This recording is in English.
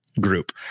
group